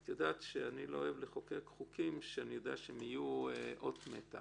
את יודעת שאני לא אוהב לחוקק חוקים שאני יודע שהם יהיו אות מתה